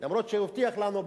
אף-על-פי שהוא הבטיח לנו,